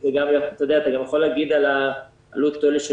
אתה יכול לדבר גם על העלות תועלת של